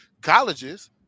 colleges